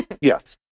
Yes